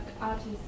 artists